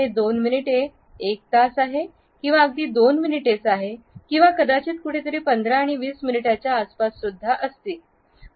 हे 2 मिनिटे 1 तास आहे किंवा अगदी 2 मिनिटे किंवा कदाचित कुठेतरी 15 20 मिनिटच्या आसपास असतील